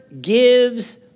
gives